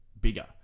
bigger